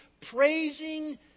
praising